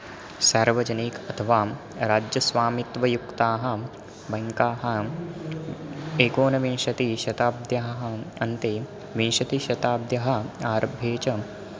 सार्वजनिकम् अथवा राज्यस्वामित्वयुक्ताः बैङ्काः एकोनविंशतिशताब्द्याः अन्ते विंशतिशताब्द्याः आरम्भे च